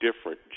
different